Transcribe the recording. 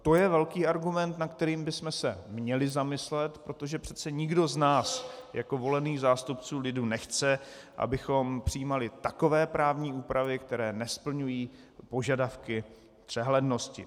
To je velký argument, nad kterým bychom se měli zamyslet, protože přece nikdo z nás jako volených zástupců lidu nechce, abychom přijímali takové právní úpravy, které nesplňují požadavky přehlednosti.